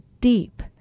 deep